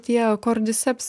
tie kordiseps